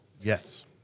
Yes